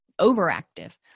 overactive